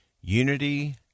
Unity